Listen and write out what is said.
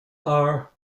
are